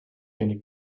wenig